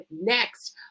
next